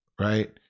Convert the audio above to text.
right